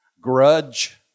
grudge